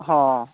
ହଁ